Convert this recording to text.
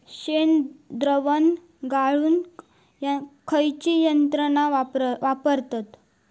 शेणद्रावण गाळूक खयची यंत्रणा वापरतत?